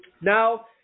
Now